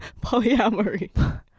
polyamory